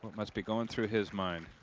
must be going through his mind